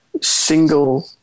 single